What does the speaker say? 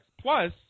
Plus